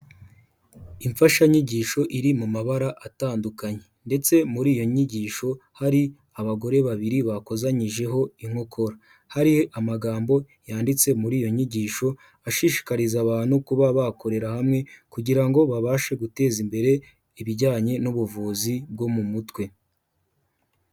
Imfashanyigisho iri mu mabara atandukanye ndetse muri iyo nyigisho hari abagore babiri bakosanyijeho inkokora, hari amagambo yanditse muri iyo nyigisho ashishikariza abantu kuba bakorera hamwe kugira ngo babashe guteza imbere ibijyanye n'ubuvuzi bwo mu mutwe.